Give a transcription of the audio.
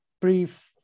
brief